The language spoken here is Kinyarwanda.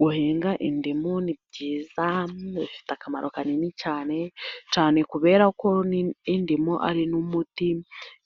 Guhinga indimu ni byiza bifite akamaro kanini cyane, cyane kubera ko indimu ari n'umuti,